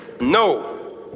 No